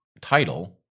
title